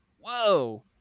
Whoa